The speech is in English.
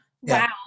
wow